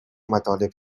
مطالب